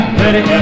ready